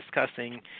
discussing